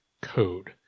code